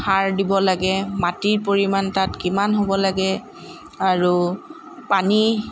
সাৰ দিব লাগে মাটিৰ পৰিমাণ তাত কিমান হ'ব লাগে আৰু পানী